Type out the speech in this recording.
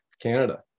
Canada